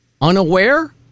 Unaware